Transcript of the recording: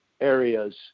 areas